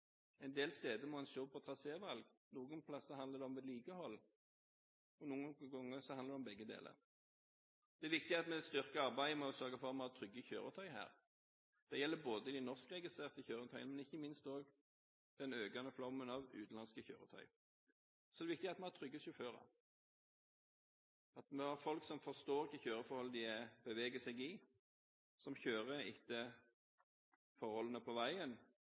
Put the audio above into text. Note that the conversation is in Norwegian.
En del steder må man se på trasévalg, noen plasser handler det om vedlikehold, og noen ganger handler det om begge deler. Det er viktig at vi styrker arbeidet med å sørge for at vi har trygge kjøretøy her. Det gjelder både de norskregistrerte kjøretøyene og ikke minst den økende flommen av utenlandske kjøretøy. Det er viktig at vi har trygge sjåfører, og at vi har folk som forstår hva slags kjøreforhold de beveger seg i, og som kjører etter forholdene på veien,